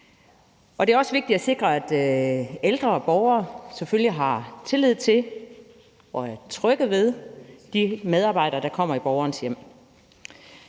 Det er også vigtigt at sikre, at ældre borgere selvfølgelig har tillid til og er trygge ved de medarbejdere, der kommer i borgernes hjem.